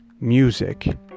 Music